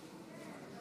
מעמדם של ארגוני סביבה),